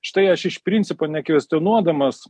štai aš iš principo nekvestionuodamas